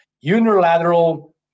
unilateral